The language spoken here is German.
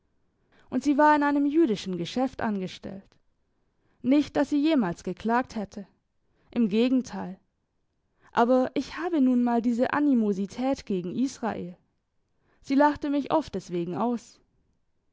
und sie war in einem jüdischen geschäft angestellt nicht dass sie jemals geklagt hätte im gegenteil aber ich habe nun mal diese animosität gegen israel sie lachte mich oft deswegen aus